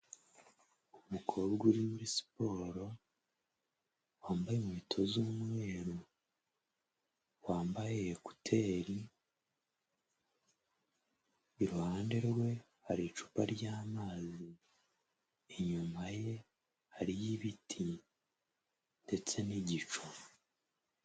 Umukobwa uri muri siporo, wambaye inkweto z'umweru, wambaye ekuteri, iruhande rwe hari icupa ry'amazi, inyuma ye hariyo ibiti ndetse n'igicu.